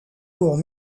pour